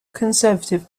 conservative